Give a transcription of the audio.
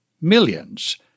millions